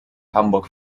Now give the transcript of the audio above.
hamburg